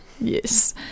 Yes